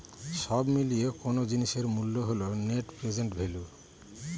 সব মিলিয়ে কোনো জিনিসের মূল্য হল নেট প্রেসেন্ট ভ্যালু